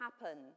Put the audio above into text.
happen